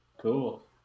Cool